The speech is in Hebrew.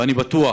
ואני בטוח